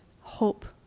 hope